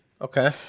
Okay